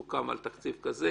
סוכם על תקציב כזה,